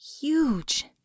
huge